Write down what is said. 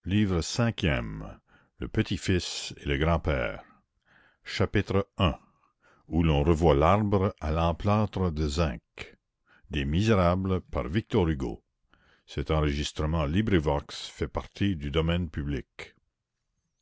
chapitre i où l'on revoit l'arbre à l'emplâtre de zinc